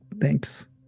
thanks